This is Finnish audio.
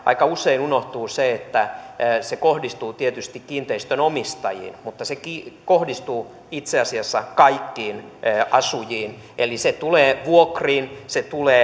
aika usein unohtuu se että se kohdistuu tietysti kiinteistön omistajiin mutta se kohdistuu itse asiassa kaikkiin asujiin eli se tulee vuokriin se tulee